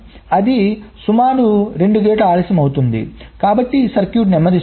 అది సుమారు 2 గేట్ ఆలస్యం అవుతుంది కాబట్టి సర్క్యూట్ నెమ్మదిస్తుంది